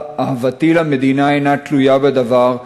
אהבתי למדינה אינה תלויה בדבר,